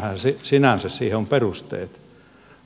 no sinänsä siihen on perusteet